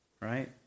right